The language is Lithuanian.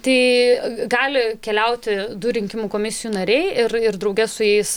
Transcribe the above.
tai gali keliauti du rinkimų komisijų nariai ir ir ir drauge su jais